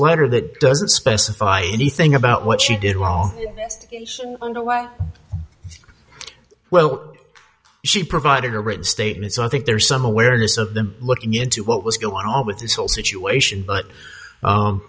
letter that doesn't specify anything about what she did while underway well she provided a written statement so i think there's some awareness of them looking into what was going on with this whole situation but